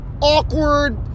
awkward